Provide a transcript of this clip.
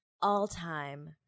all-time